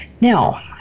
Now